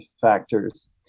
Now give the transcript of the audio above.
factors